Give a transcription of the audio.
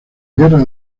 guerra